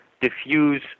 diffuse